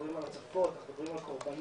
מדברים על הצפות אנחנו מדברים על קורבנות